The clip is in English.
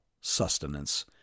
sustenance